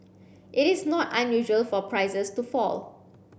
it is not unusual for prices to fall